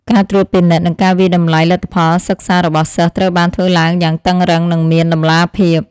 ការត្រួតពិនិត្យនិងការវាយតម្លៃលទ្ធផលសិក្សារបស់សិស្សត្រូវបានធ្វើឡើងយ៉ាងតឹងរ៉ឹងនិងមានតម្លាភាព។